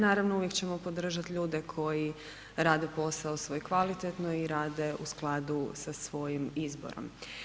Naravno, uvijek ćemo podržati ljude koji rade posao svoj kvalitetno i rade u skladu sa svojim izborom.